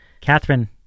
Catherine